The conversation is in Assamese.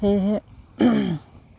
সেয়েহে